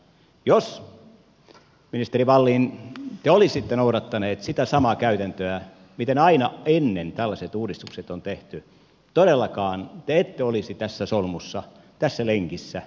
jos ministeri wallin te olisitte noudattanut sitä samaa käytäntöä miten aina ennen tällaiset uudistukset on tehty todellakaan te ette olisi tässä solmussa tässä lenkissä missä te nyt olette